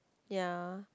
ya